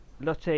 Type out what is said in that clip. Lotte